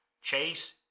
Chase